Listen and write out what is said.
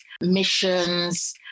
missions